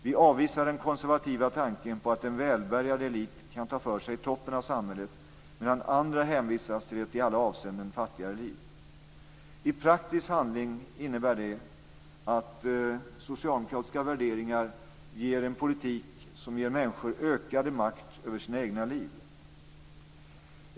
Vi avvisar den konservativa tanken om att en välbärgad elit skall kunna ta för sig i toppen av samhället medan andra hänvisas till ett i alla avseenden fattigare liv. I praktisk handling innebär det att socialdemokratiska värderingar ger en politik som ger människor ökad makt över sina egna liv.